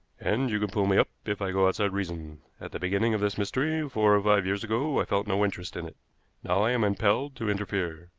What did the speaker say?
and you can pull me up if i go outside reason. at the beginning of this mystery, four or five years ago, i felt no interest in it now i am impelled to interfere.